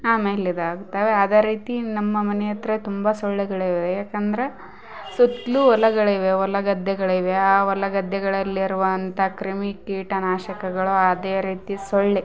ಆಮೇಲಿದಾಗ್ತವೆ ಅದೇ ರೀತಿ ನಮ್ಮ ಮನೆ ಹತ್ರ ತುಂಬ ಸೊಳ್ಳೆಗಳಿವೆ ಏಕಂದರೆ ಸುತ್ತಲೂ ಹೊಲಗಳಿವೆ ಹೊಲ ಗದ್ದೆಗಳಿವೆ ಆ ಹೊಲ ಗದ್ದೆಗಳಲ್ಲಿರುವಂಥ ಕ್ರಿಮಿ ಕೀಟ ನಾಶಕಗಳು ಅದೆ ರೀತಿ ಸೊಳ್ಳೆ